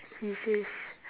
yes yes